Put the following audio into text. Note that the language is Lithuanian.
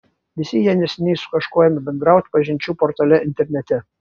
visi jie neseniai su kažkuo ėmė bendrauti pažinčių portale internete